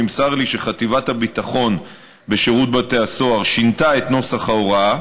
נמסר לי שחטיבת הביטחון בשירות בתי הסוהר שינתה את נוסח ההוראה